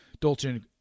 Dolce &